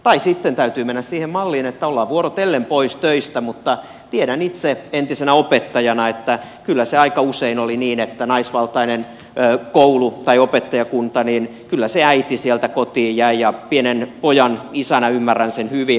tai sitten täytyy mennä siihen malliin että ollaan vuorotellen pois töistä mutta tiedän itse entisenä opettajana että kyllä se aika usein oli niin että naisvaltaisessa koulussa tai opettajakunnassa se äiti sieltä kotiin jäi ja pienen pojan isänä ymmärrän sen hyvin